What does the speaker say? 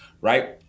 right